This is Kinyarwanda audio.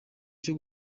cyo